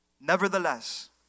Nevertheless